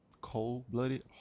cold-blooded